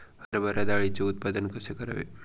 हरभरा डाळीचे उत्पादन कसे करावे?